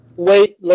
Wait